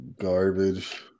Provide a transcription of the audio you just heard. garbage